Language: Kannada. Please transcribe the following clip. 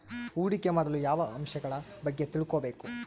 ಹೂಡಿಕೆ ಮಾಡಲು ಯಾವ ಅಂಶಗಳ ಬಗ್ಗೆ ತಿಳ್ಕೊಬೇಕು?